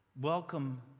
Welcome